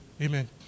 Amen